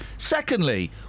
Secondly